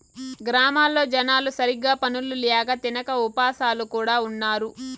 గ్రామాల్లో జనాలు సరిగ్గా పనులు ల్యాక తినక ఉపాసాలు కూడా ఉన్నారు